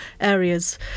areas